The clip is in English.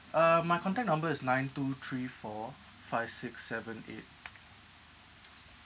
uh my contact number is nine two three four five six seven eight